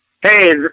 Hey